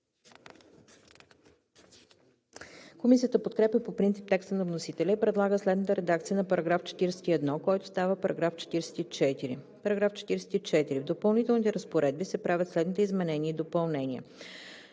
Комисията подкрепя по принцип текста на вносителя и предлага следната редакция на § 41, който става § 44: „§ 44. В допълнителните разпоредби се правят следните изменения и допълнения: